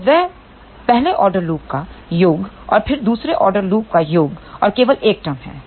तो वह पहले ऑर्डर लूप का योग और फिर दूसरे ऑर्डर लूप का योग और केवल 1 टर्म है